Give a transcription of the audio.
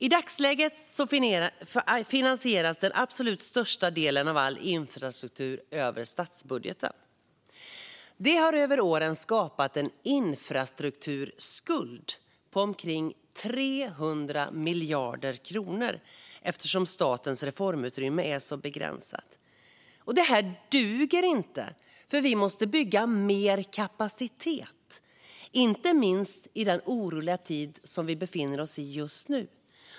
I dagsläget finansieras den absolut största delen av all infrastruktur över statsbudgeten. Det har över åren skapat en infrastrukturskuld på omkring 300 miljarder kronor eftersom statens reformutrymme är så begränsat. Det duger inte. Vi måste bygga mer kapacitet. Det gäller inte minst i den oroliga tid som vi befinner oss i just nu.